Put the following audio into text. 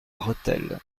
rethel